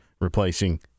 replacing